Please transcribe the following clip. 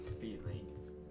feeling